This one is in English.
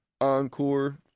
encore